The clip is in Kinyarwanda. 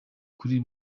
kuri